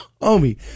homie